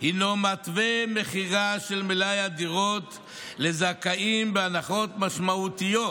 מתווה מכירה של מלאי הדירות לזכאים בהנחות משמעותיות